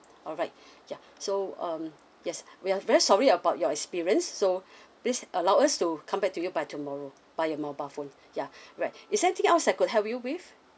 alright ya so um yes we are very sorry about your experience so please allow us to come back to you by tomorrow by your mobile phone ya right is anything else I could help you with